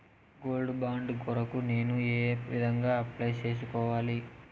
Gold bond కొరకు నేను ఏ విధంగా అప్లై సేసుకోవాలి?